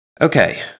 Okay